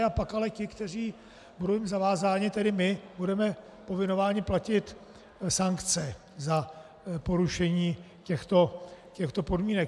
Pak ale ti, kteří budou zavázáni, tedy my, budeme povinováni platit sankce za porušení těchto podmínek.